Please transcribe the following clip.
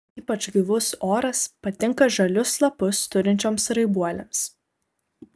ypač gaivus oras patinka žalius lapus turinčioms raibuolėms